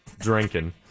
Drinking